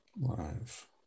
Live